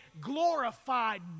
glorified